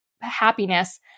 happiness